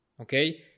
Okay